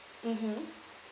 mmhmm